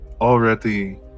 already